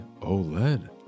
OLED